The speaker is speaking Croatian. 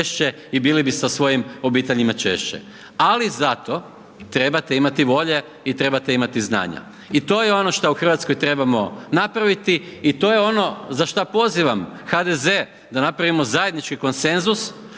i bili bi sa svojim obiteljima češće. Ali, za to trebate imati volje i trebate imati znanja. I to je ono što u Hrvatskoj trebamo napraviti i to je ono za što pozivam HDZ da napravimo zajednički konsenzus,